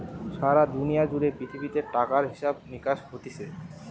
সারা দুনিয়া জুড়ে পৃথিবীতে টাকার হিসাব নিকাস হতিছে